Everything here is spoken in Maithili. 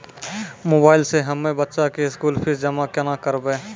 मोबाइल से हम्मय बच्चा के स्कूल फीस जमा केना करबै?